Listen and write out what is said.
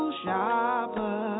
shopper